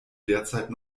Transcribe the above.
derzeit